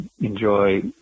enjoy